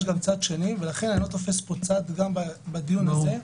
יש גם צד שני ולכן אני לא תופס פה צד גם בדיון הזה.